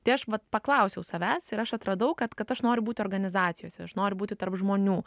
tai aš vat paklausiau savęs ir aš atradau kad kad aš noriu būt organizacijose aš noriu būti tarp žmonių